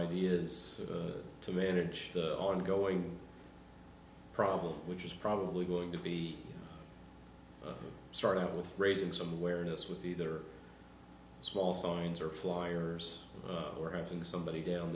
ideas to manage the ongoing problem which is probably going to be started out with raising some awareness with either small signs or flyers or having somebody down